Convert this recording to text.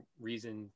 reason